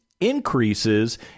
increases